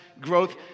growth